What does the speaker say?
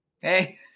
Hey